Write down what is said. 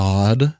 God